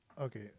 Okay